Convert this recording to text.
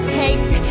take